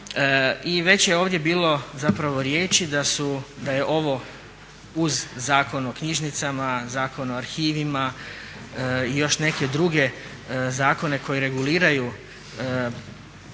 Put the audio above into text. I već je ovdje bilo zapravo riječi da je ovo uz Zakon o knjižnicama, Zakon o arhivima i još neke druge zakone koji reguliraju životni